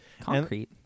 Concrete